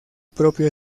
propio